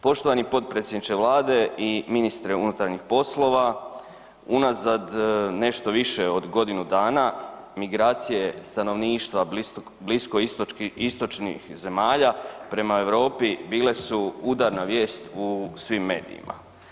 Poštovani potpredsjedniče Vlade i ministre unutarnjih poslova, unazad nešto više od godinu dana migracije stanovništva bliskoistočnih zemalja prema Europi bile su udarna vijest u svim medijima.